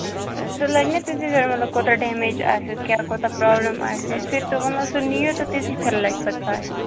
اچھا اچھا سُہ لَگہِ نا تَمی ساتہٕ مطلب کوتاہ ڈیٚمیٚج آسہِ کیاہ کوتاہ پرابلٕم آسہِ یُتھی سُہ مطلب سُہ نِیہِ تِژی فِر لَگہِ پَتہٕ پاے